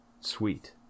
Sweet